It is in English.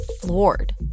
floored